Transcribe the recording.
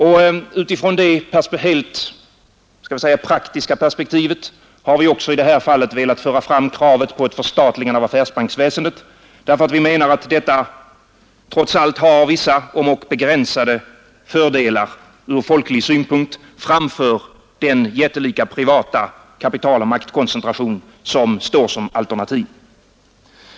Utifrån det helt praktiska perspektivet har vi också i detta fall velat föra fram kravet på ett förstatligande av affärsbanksväsendet därför att vi menar att detta trots allt har vissa, om också begränsade, fördelar ur folklig synpunkt framför den jättelika privata kapitaloch maktkoncentration som står som alternativ.